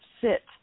sit